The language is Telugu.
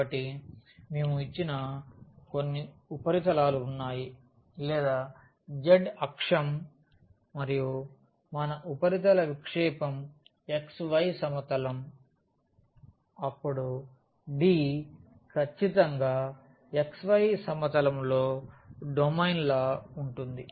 కాబట్టి మేము ఇచ్చిన కొన్ని ఉపరితలాలు ఉన్నాయి లేదా z అక్షం మరియు మన ఉపరితల విక్షేపం xy సమతలం అప్పుడు D ఖచ్చితంగా xy సమతలంలో డొమైన్ లా ఉంటుంది